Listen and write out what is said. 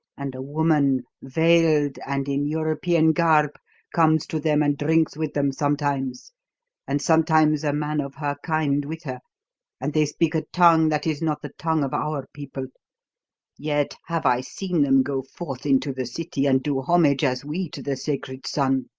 and a woman veiled and in european garb comes to them and drinks with them sometimes and sometimes a man of her kind with her and they speak a tongue that is not the tongue of our people yet have i seen them go forth into the city and do homage as we to the sacred son.